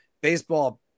Baseball